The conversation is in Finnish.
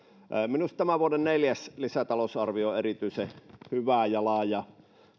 minusta tämän vuoden neljäs lisätalousarvio on erityisen hyvä ja laaja